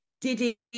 Diddy